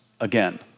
again